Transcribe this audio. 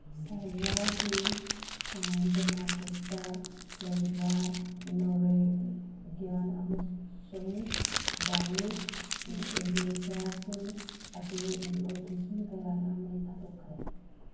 ꯁꯥꯏꯔꯤꯌꯥꯒꯤ ꯗꯃꯥꯀꯨꯁꯇ ꯂꯩꯕ ꯅꯣꯔꯋꯦꯒ꯭ꯌꯥꯟ ꯑꯃꯁꯨꯡ ꯗꯥꯅꯤꯁ ꯑꯦꯝꯕꯦꯁꯤꯌꯥꯁꯤꯡ ꯑꯗꯨ ꯃꯤꯑꯣꯏ ꯂꯤꯁꯤꯡ ꯀꯌꯥꯅ ꯃꯩ ꯊꯥꯗꯣꯛꯈ꯭ꯔꯦ